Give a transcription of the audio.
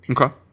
Okay